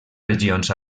regions